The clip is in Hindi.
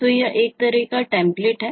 तो यह एक तरह का एक टेम्प्लेट है